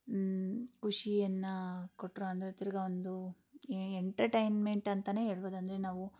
ಖುಷಿಯನ್ನು ಕೊಟ್ಟರು ಅಂದರೆ ತಿರ್ಗಿ ಒಂದು ಎಂಟರ್ಟೈನ್ಮೆಂಟ್ ಅಂತಲೇ ಹೇಳ್ಬೋದು ಅಂದರೆ ನಾವು